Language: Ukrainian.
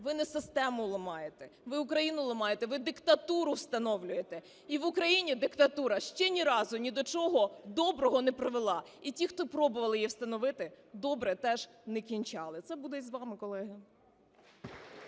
ви не систему ламаєте, ви Україну ламаєте, ви диктатуру встановлюєте. І в Україні диктатура ще ні разу, ні до чого доброго не привела, і ті, хто пробували її встановити добре теж не кінчали. Це буде і з вами, колеги.